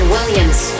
Williams